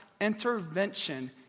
intervention